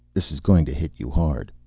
this is going to hit you hard.